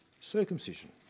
circumcision